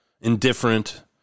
indifferent